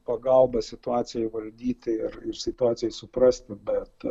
pagalba situacijai valdyti ir ir situacijai suprasti bet